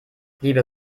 liebe